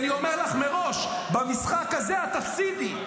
אני אומר לך מראש, במשחק הזה את תפסידי.